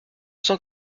cent